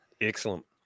excellent